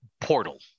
Portal